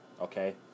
okay